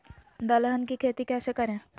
दलहन की खेती कैसे करें?